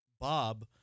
Bob